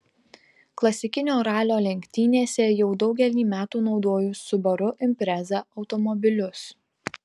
klasikinio ralio lenktynėse jau daugelį metų naudoju subaru impreza automobilius